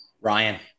Ryan